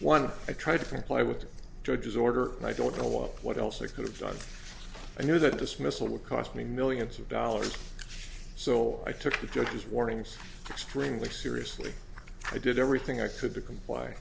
one i tried different play with the judge's order and i don't know what what else they could have done i knew that dismissal would cost me millions of dollars so i took the judge's warnings extremely seriously i did everything i could to comply